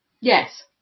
Yes